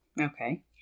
Okay